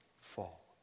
fall